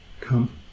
come